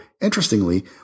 interestingly